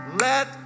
Let